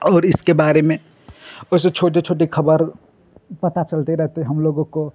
और इसके बारे में वैसी छोटी छोटी खबरें पता चलती रहती हैं हमलोगों को